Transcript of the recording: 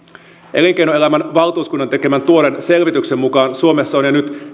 elinkeinoelämän valtuuskunnan tekemän tuoreen selvityksen mukaan suomessa on jo nyt